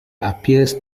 appears